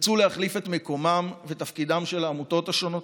תרצו להחליף את מקומן ותפקידן של העמותות השונות?